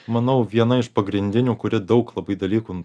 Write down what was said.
manau viena iš pagrindinių kuri daug labai dalykų